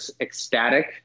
ecstatic